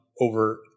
over